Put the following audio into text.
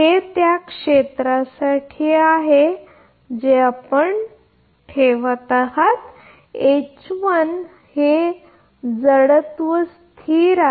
हे त्या क्षेत्रासाठी आहे जे आपण ठेवत आहात जडत्व स्थिर आहे